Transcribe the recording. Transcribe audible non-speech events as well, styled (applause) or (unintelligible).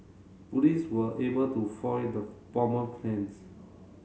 police were able to foil the (unintelligible) bomber's plans